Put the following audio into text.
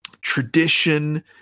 tradition